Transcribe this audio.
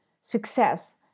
success